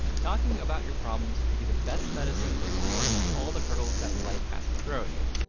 talking about your problems can be the best medicine for dealing with all the hurdles that life has to throw at you.